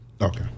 okay